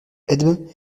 edme